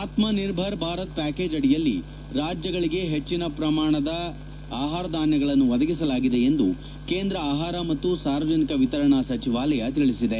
ಆತ್ನ Nirbhar Bharat package ಅಡಿಯಲ್ಲಿ ರಾಜ್ಬಗಳಿಗೆ ಹೆಚ್ಚಿನ ಪ್ರಮಾಣದ ಆಹಾರಧಾನ್ವಗಳನ್ನು ಒದಗಿಸಲಾಗಿದೆ ಎಂದು ಕೇಂದ್ರ ಆಹಾರ ಮತ್ತು ಸಾರ್ವಜನಿಕ ವಿತರಣಾ ಸಚಿವಾಲಯ ತಿಳಿಸಿದೆ